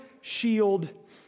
shield